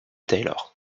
taylor